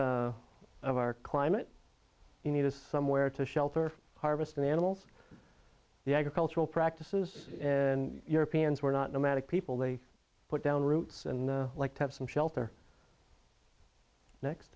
because of our climate you need us somewhere to shelter harvest the animals the agricultural practices and europeans were not nomadic people they put down roots and like to have some shelter next